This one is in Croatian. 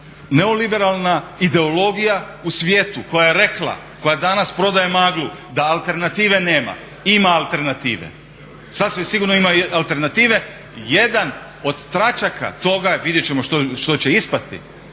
neoliberalna ideologija u svijetu koja je rekla koja danas prodaje maglu da alternative nema. Ima alternative, sasvim sigurno ima alternative. Jedan od tračaka toga, vidjet ćemo što će ispasti